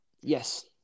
Yes